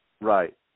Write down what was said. Right